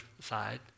side